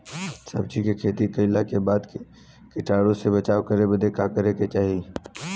सब्जी के खेती कइला के बाद कीटाणु से बचाव करे बदे का करे के चाही?